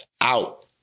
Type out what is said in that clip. out